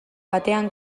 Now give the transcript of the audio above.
batean